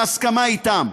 בהסכמה אתם,